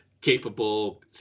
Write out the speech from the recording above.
capable